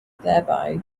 thereby